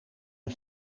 een